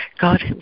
God